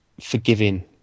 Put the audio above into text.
forgiving